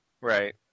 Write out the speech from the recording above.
Right